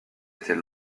était